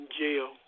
jail